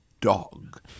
dog